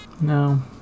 No